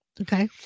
Okay